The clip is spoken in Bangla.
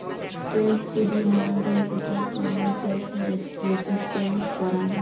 ট্যাক্স যদি না দেয় সেটার তন্ন ট্যাক্স রেসিস্টেন্স করাং